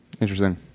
interesting